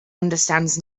understands